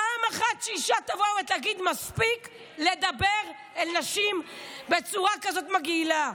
פעם אחת שאישה תבוא ותגיד: מספיק לדבר אל נשים בצורה כזאת מגעילה,